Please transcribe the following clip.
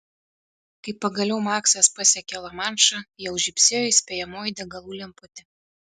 kai pagaliau maksas pasiekė lamanšą jau žybsėjo įspėjamoji degalų lemputė